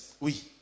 Oui